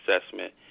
assessment